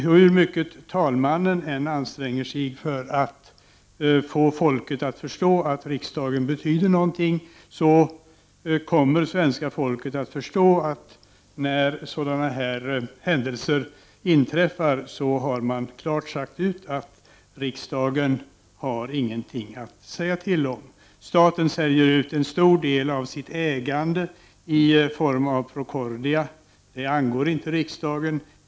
Hur mycket talmannen än anstränger sig för att få folket att förstå att riksdagen betyder någonting, kommer svenska folket att förstå när sådana här händelser inträffar att man klart har sagt ut att riksdagen ingenting har att säga till om. Staten säljer ut en stor del av sitt ägande i Procordia, men det angår inte riksdagen.